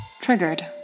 Triggered